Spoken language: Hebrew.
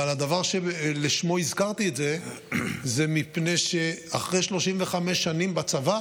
אבל הדבר שלשמו הזכרתי את זה הוא שאחרי 35 שנים בצבא